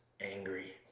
angry